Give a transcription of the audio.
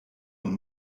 und